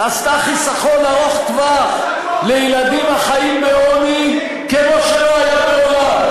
עשתה חיסכון ארוך-טווח לילדים החיים בעוני כמו שלא היה מעולם,